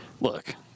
Look